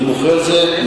אני מוחה על זה.